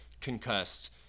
concussed